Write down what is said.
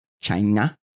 China